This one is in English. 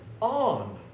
on